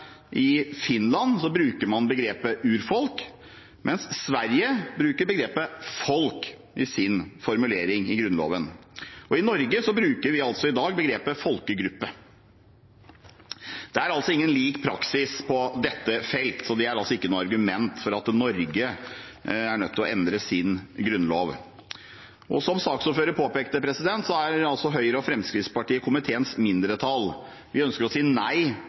i Finland bruker begrepet «urfolk», mens man i Sverige bruker begrepet «folk» i sin formulering i grunnloven. I Norge bruker vi i dag begrepet «folkegruppe». Det er altså ingen lik praksis på dette feltet, så det er ikke noe argument for at Norge skal måtte endre sin grunnlov. Som saksordføreren påpekte, er Høyre og Fremskrittspartiet komiteens mindretall. Vi ønsker å si nei